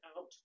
out